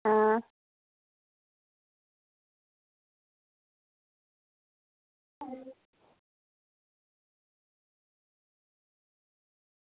अं